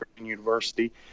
University